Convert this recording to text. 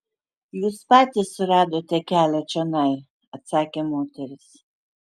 jūs patys suradote kelią čionai atsakė moteris